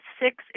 six